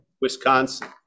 Wisconsin